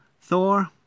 Thor